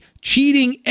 cheating